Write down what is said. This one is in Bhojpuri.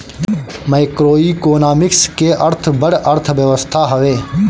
मैक्रोइकोनॉमिक्स के अर्थ बड़ अर्थव्यवस्था हवे